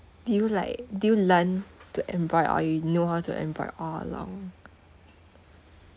do you like do you learn to embroid or you know how to embroid all along